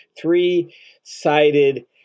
three-sided